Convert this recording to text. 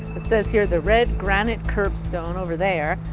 it says here, the red granite kerbstone, over there,